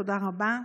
תודה רבה.